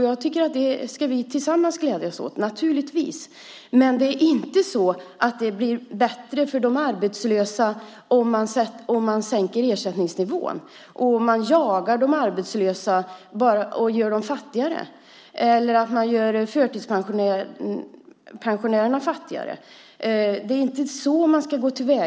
Jag tycker att vi tillsammans ska glädjas åt det. Men det blir inte bättre för de arbetslösa om man sänker ersättningsnivån, jagar dem och gör dem fattigare. Det blir inte bättre om man gör förtidspensionärerna fattigare. Det är inte så man ska gå till väga.